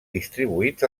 distribuïts